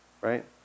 Right